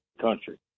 country